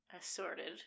assorted